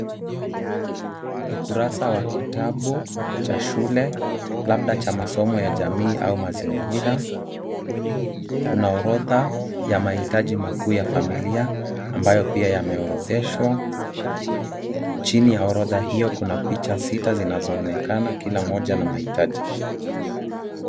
Ukurasa wa kitabu cha shule labda cha masomo ya jamii au mazingira, kuna orodha ya mahitaji makuu ya familia ambayo pia yameorodheshwa. Chini ya orodha hio kuna picha sita zinaonekana, kila moja na mahitaji.